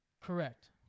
Correct